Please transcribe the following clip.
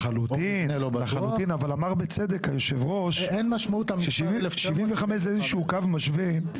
אין משמעות למספר 1975. היושב-ראש אמר ש-1975 זה איזשהו קו משווה,